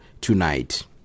tonight